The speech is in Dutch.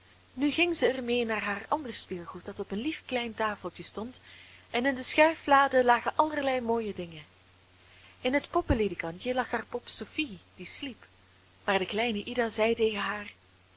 nu ging zij er mee naar haar ander speelgoed dat op een lief klein tafeltje stond en in de schuiflade lagen allerlei mooie dingen in het poppenledekantje lag haar pop sophie die sliep maar de kleine ida zei tegen haar